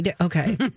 Okay